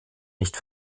nicht